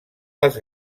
les